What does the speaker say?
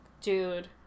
Dude